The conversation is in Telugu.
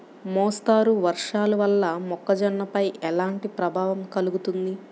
మోస్తరు వర్షాలు వల్ల మొక్కజొన్నపై ఎలాంటి ప్రభావం కలుగుతుంది?